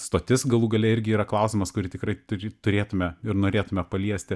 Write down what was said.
stotis galų gale irgi yra klausimas kurį tikrai turi turėtume ir norėtume paliesti